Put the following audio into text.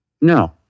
No